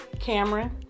Cameron